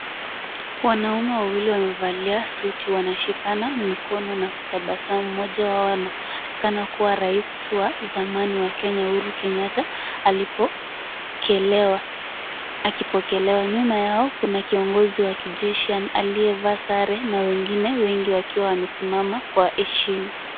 Wanaume wawili wamevalia suti wanashikana mikono na kutabasamu. Mmoja wao anaonekana kuwa rais wa zamani wa Kenya Uhuru Kenyatta akipokelewa. Nyuma yao kuna kiongozi wa kijeshi aliyevaa sare na wengine wengi wakiwa wamesimama kwa heshima.